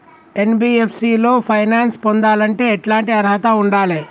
NBFC లో finance పొందాలంటే ఎట్లాంటి అర్హత ఉండాలే?